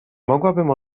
mogłabym